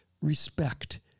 respect